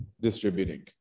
distributing